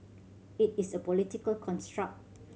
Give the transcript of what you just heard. it is a political construct